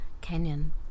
canyon